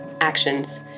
actions